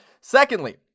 Secondly